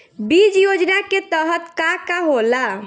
बीज योजना के तहत का का होला?